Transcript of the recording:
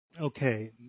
Okay